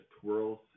twirls